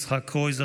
יצחק קרויזר,